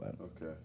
Okay